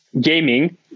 gaming